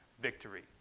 victory